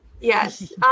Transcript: yes